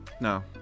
no